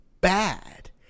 Bad